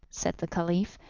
said the caliph,